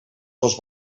dos